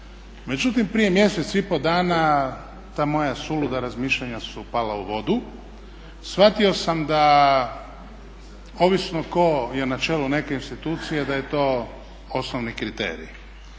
Međutim, prije mjesec i pol dana ta moja suluda razmišljanja su pala u vodu. Shvatio sam da ovisno tko je na čelu neke institucije da je to osnovni kriterij.